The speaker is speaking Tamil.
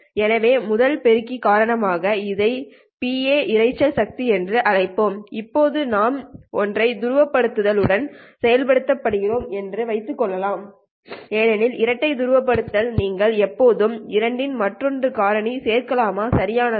எனவே முதல் பெருக்கி காரணமாக இதை Pase1 இரைச்சல் சக்தி என்று அழைப்போம் இப்போது நாம் ஒற்றை துருவப்படுத்தல் உடன் செயல்படுகிறோம் என்று வைத்துக் கொள்வோம் ஏனெனில் இரட்டை துருவப்படுத்தல் நீங்கள் எப்போதும் 2 இன் மற்றொரு காரணி சேர்க்கலாம் சரியானதா